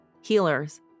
healers